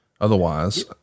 Otherwise